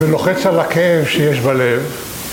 ולוחץ על הכאב שיש בלב